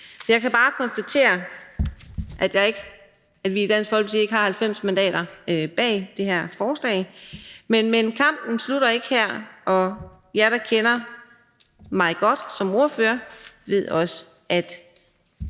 Jeg kan bare konstatere, at vi i Dansk Folkeparti ikke har 90 mandater bag det her forslag, men kampen slutter ikke her, og jer, der kender mig godt som ordfører, ved også, at